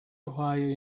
ohio